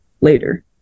later